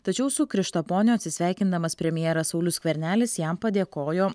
tačiau su krištaponiu atsisveikindamas premjeras saulius skvernelis jam padėkojo